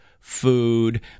Food